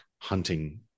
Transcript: hunting